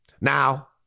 Now